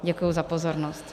Děkuji za pozornost.